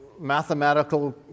mathematical